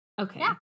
Okay